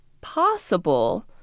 possible